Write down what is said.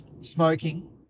smoking